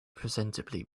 presently